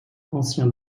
ancien